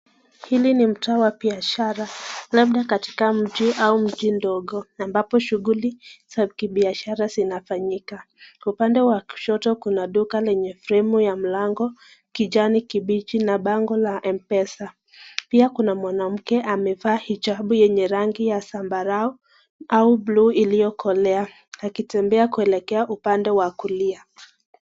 Hili ni mtaa wa biashara, labda katika mji au mji ndogo ambapo shughuli za kibiashara zinafanyika. Upande wa kushoto kuna duka lenye fremu ya mlango kijani kibichi na bango la M-Pesa. Pia kuna mwanamke amevaa hijabu yenye rangi ya zambarau au blue iliyokolea akitembea kuelekea upande wa kulia.